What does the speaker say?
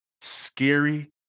scary